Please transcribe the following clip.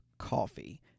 coffee